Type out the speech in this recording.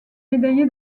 médaillé